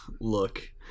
look